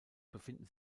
befinden